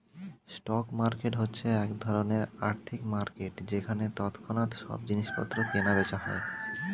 stock market হচ্ছে এক ধরণের আর্থিক মার্কেট যেখানে তৎক্ষণাৎ সব জিনিসপত্র কেনা বেচা হয়